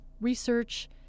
research